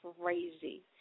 crazy